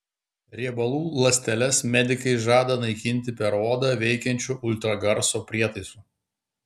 riebalų ląsteles medikai žada naikinti per odą veikiančiu ultragarso prietaisu